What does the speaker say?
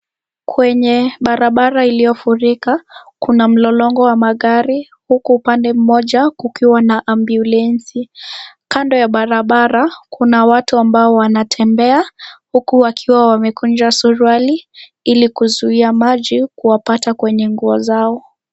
Kwenye barabara iliofurika kuna mlolongo wa magari, huku upande mmoja kukiwa na ambulensi, kando ya barabara kuna watu ambao wanatembea huku wakiwa wamekunja suruali ilikuzuia maji kuwapata kwenye nguo zao.